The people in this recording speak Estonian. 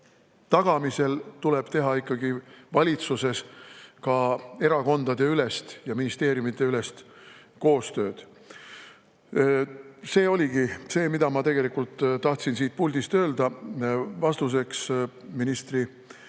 tagamisel tuleb teha valitsuses ka erakondadeülest ja ministeeriumideülest koostööd. See oligi see, mida ma tegelikult tahtsin siit puldist öelda vastuseks ministri